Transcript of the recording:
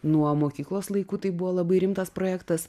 nuo mokyklos laikų tai buvo labai rimtas projektas